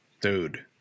Dude